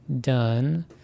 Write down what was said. done